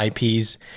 IPs